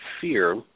fear